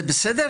זה בסדר?